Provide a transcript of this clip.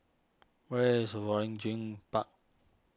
where is Waringin Park